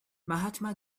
mahatma